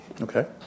Okay